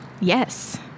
Yes